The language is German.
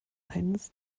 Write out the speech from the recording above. eines